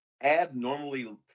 abnormally